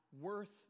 worth